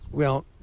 well,